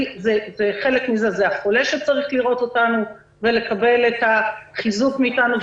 וחלק מזה הוא שהחולה צריך לראות אותנו ולקבל את החיזוק מאיתנו,